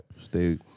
Stay